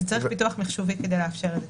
צריך פיתוח מחשובי כדי לאפשר את זה.